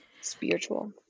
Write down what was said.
Spiritual